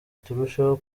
turusheho